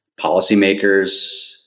policymakers